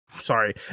sorry